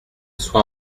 soit